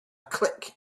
click